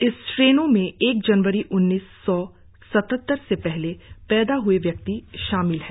इस श्रेणी में एक जनवरी उन्नीस सौ सतहत्तर से पहले पैदा हए व्यक्ति शामिल है